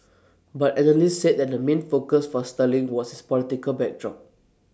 but analysts said that the main focus for sterling was its political backdrop